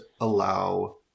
allow